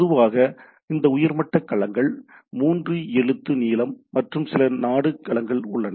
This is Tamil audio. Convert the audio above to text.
பொதுவாக இந்த உயர்மட்ட களங்கள் மூன்று எழுத்து நீளம் மற்றும் சில நாடு களங்கள் உள்ளன